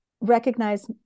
recognize